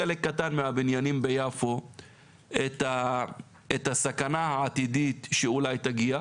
חלק קטן מהבניינים ביפו את הסכנה העתידית שאולי תגיע.